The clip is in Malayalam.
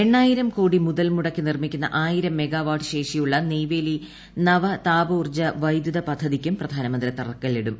എണ്ണായിരം കോടി മുതൽമുടക്കി നിർമ്മിക്കുന്ന ആയിരം മെഗാവാട്ട് ശേഷിയുള്ള നെയ്വേലി നവ താപോർജ്ജ വൈദ്യുത പദ്ധതിക്കും പ്രധാനമന്ത്രി തുടക്കമിടും